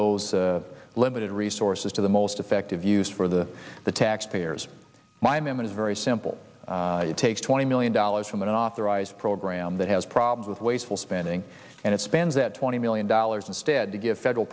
those the limited resources to the most effective use for the the tax payers by them it is very simple it takes twenty million dollars from an authorized program that has problems with wasteful spending and it spends that twenty million dollars instead to give federal